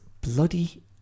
bloody